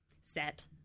set